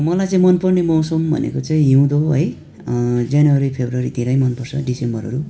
मलाई चाहिँ मन पर्ने मौसम भनेको चाहिँ हिउँदो है जनवरी फेब्रुअरी धेरै मन पर्छ दिसम्बरहरू